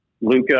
Luca